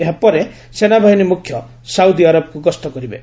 ଏହାପରେ ସେନାବାହିନୀ ମୁଖ୍ୟ ସାଉଦି ଆରବକୁ ଗସ୍ତ କରିବେ